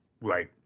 Right